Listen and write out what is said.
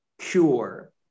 cure